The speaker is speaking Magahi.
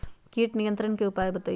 किट नियंत्रण के उपाय बतइयो?